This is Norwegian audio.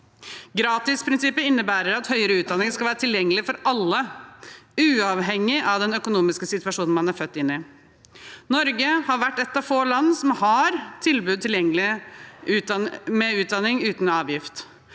Gratisprinsippet innebærer at høyere utdanning skal være tilgjengelig for alle, uavhengig av den økonomiske situasjonen man er født inn i. Norge har vært et av få land som har tilgjengelig tilbud om utdanning uten avgift.